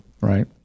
right